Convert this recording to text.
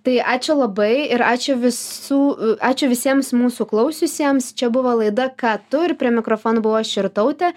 tai ačiū labai ir ačiū visų ačiū visiems mūsų klausiusiems čia buvo laida ką tu ir prie mikrofono buvau aš irtautė